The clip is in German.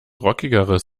rockigeres